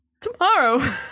Tomorrow